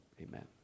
amen